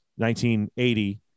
1980